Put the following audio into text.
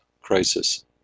crisis